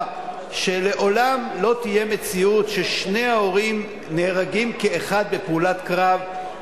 שלעולם לא תהיה מציאות ששני ההורים נהרגים כאחד בפעולת קרב,